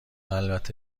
البته